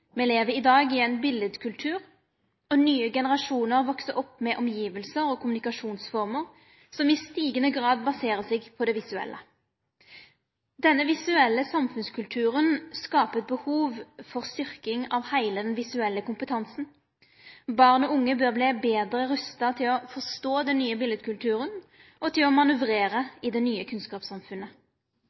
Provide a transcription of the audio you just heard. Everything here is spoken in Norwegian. Me lever i dag i ein biletkultur, og nye generasjonar veks opp med omgivnader og kommunikasjonsformer som i stigande grad baserer seg på det visuelle. Denne visuelle samfunnskulturen skaper behov for styrking av heile den visuelle kompetansen. Barn og unge bør verte betre rusta til å forstå den nye biletkulturen og til å manøvrere i det nye kunnskapssamfunnet.